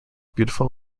beautiful